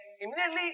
immediately